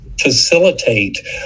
facilitate